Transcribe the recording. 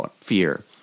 fear